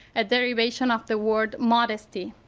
a derivation of the word modesty.